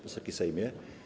Wysoki Sejmie!